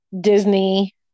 Disney